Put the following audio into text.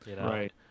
right